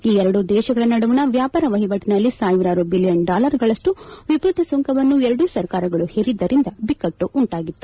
ಈ ಎರಡೂ ದೇತಗಳ ನಡುವಣ ವ್ಥಾಪಾರ ವಹಿವಾಟನಲ್ಲಿ ಸಾವಿರಾರು ಬಿಲಿಯನ್ ಡಾಲರ್ಗಳಷ್ಟು ವಿಪರೀತ ಸುಂಕವನ್ನು ಎರಡೂ ಸರ್ಕಾರಗಳು ಹೇರಿದ್ದರಿಂದ ಬಿಕ್ಕಟ್ಟು ಉಂಟಾಗಿತ್ತು